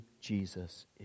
Jesus